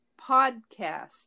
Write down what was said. PODCAST